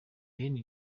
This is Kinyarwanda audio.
bene